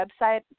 website